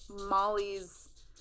Molly's